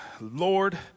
Lord